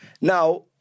Now